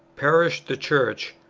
perish the church,